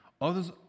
Others